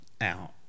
out